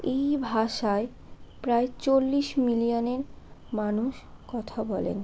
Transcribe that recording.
এই ভাষায় প্রায় চল্লিশ মিলিয়নের মানুষ কথা বলেন